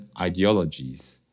ideologies